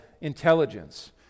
intelligence